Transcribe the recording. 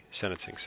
sentencing